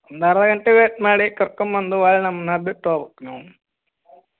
ಒಂದು ಅರ್ಧ ಗಂಟೆ ವೇಟ್ ಮಾಡಿ ಕರ್ಕೊಂಬಂದು ಹೊಳ್ಳಿ ನಮ್ಮನ್ನು ಬಿಟ್ಟು ಹೋಗ್ಬೇಕ್ ನೀವು